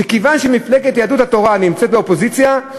"כיוון שמפלגת יהדות התורה נמצאת באופוזיציה,